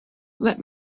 let